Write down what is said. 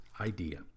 idea